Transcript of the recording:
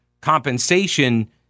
compensation